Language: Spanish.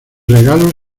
regalos